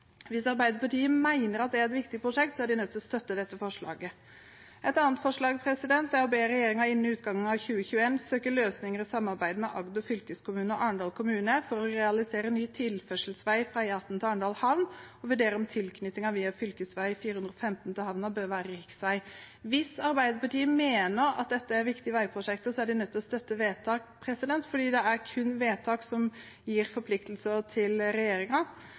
Hvis Arbeiderpartiet mener at det er et viktig prosjekt, er de nødt til å støtte dette forslaget. Et annet forslag er å be regjeringen innen utgangen av 2021 søke løsninger i samarbeid med Agder fylkeskommune og Arendal kommune for å realisere ny tilførselsvei fra E18 til Arendal havn og vurdere om tilknytningen via fv. 415 til havna bør være riksvei. Hvis Arbeiderpartiet mener at dette er viktige veiprosjekter, er de nødt til å støtte forslagene, for det er kun vedtak som gir forpliktelser til